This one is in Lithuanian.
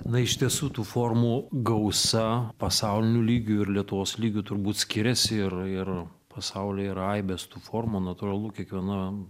na iš tiesų tų formų gausa pasauliniu lygiu ir lietuvos lygiu turbūt skiriasi ir ir pasauly yra aibės tų formų natūralu kiekviena